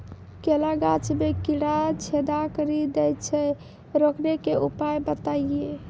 केला गाछ मे कीड़ा छेदा कड़ी दे छ रोकने के उपाय बताइए?